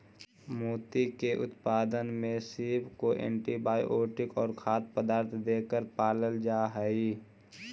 मोती के उत्पादन में सीप को एंटीबायोटिक और खाद्य पदार्थ देकर पालल जा हई